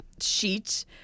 sheet